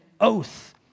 oath